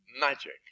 Magic